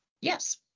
Yes